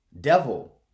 devil